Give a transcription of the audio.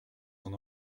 son